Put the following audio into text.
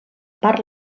part